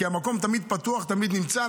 כי המקום תמיד פתוח ותמיד נמצא.